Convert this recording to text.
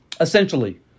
essentially